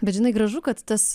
bet žinai gražu kad tas